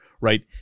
right